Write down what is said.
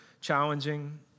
challenging